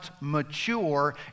mature